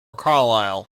carlisle